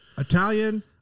Italian